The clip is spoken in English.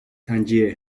tangier